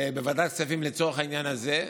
בוועדת כספים לצורך העניין הזה,